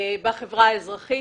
בחברה האזרחית,